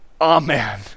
Amen